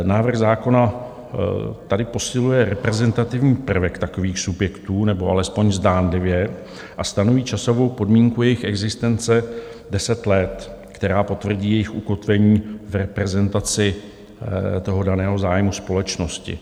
Návrh zákona tady posiluje reprezentativní prvek takových subjektů, nebo alespoň zdánlivě, a stanoví časovou podmínku jejich existence deset let, která potvrdí jejich ukotvení v reprezentaci toho daného zájmu společnosti.